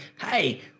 Hey